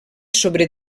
sobre